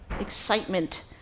excitement